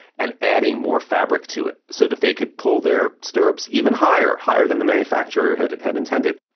and adding more fabric to it, so they could pull their stirrups even higher, higher than the manufacturer had had intended